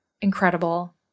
incredible